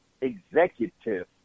executive